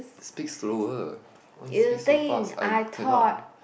speak slower why you speak so fast I can not